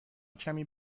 کمی